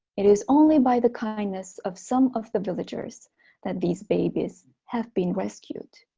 it is only by the kindness of some of the villagers that these babies have been rescued.